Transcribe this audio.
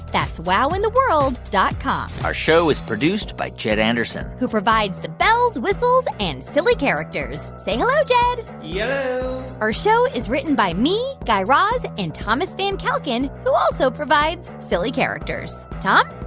that's wowintheworld dot com our show is produced by jed anderson who provides the bells, whistles and silly characters. say hello, jed yello yeah our show is written by me, guy raz and thomas van kalken, who also provides silly characters. tom?